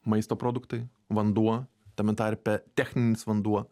maisto produktai vanduo tame tarpe techninis vanduo